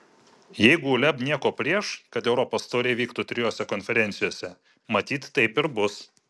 jeigu uleb nieko prieš kad europos taurė vyktų trijose konferencijose matyt taip ir bus